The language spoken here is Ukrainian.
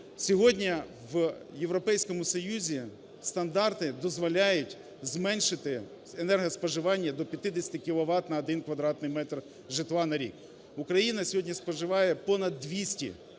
сьогодні в Європейському Союзі стандарти дозволяють зменшити енергоспоживання до 50 кіловат на 1 квадратний метр житла на рік. Українець сьогодні споживає понад 200